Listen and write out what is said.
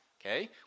okay